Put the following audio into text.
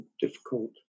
difficult